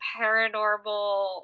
paranormal